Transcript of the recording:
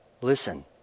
listen